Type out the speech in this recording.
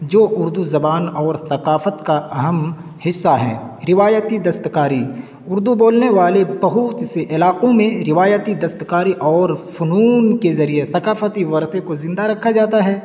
جو اردو زبان اور ثقافت کا اہم حصہ ہیں روایتی دستکاری اردو بولنے والے بہت سے علاقوں میں روایتی دستکاری اور فنون کے ذریعے ثقافتی ورثے کو زندہ رکھا جاتا ہے